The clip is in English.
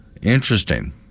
Interesting